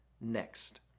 next